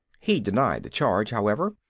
he denied the charge, however,